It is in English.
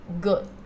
good